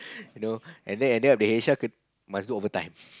you know and then and then the H_R must do overtime